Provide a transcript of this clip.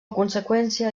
conseqüència